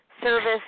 service